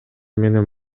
менен